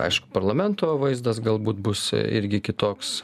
aišku parlamento vaizdas galbūt bus irgi kitoks